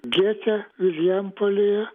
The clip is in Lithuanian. gete vilijampolėje